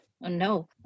No